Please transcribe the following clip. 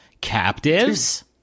captives